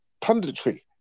punditry